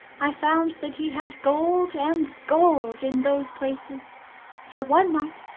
i found that he had gold and gold in those places for one night,